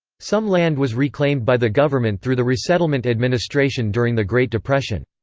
some land was reclaimed by the government through the resettlement administration during the great depression.